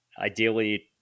Ideally